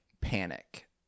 Panic